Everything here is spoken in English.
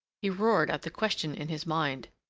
he roared out the question in his mind.